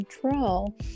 control